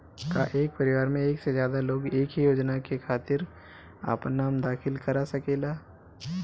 का एक परिवार में एक से ज्यादा लोग एक ही योजना के खातिर आपन नाम दाखिल करा सकेला?